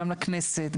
גם לכנסת,